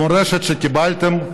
המורשת שקיבלתם,